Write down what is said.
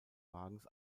wagens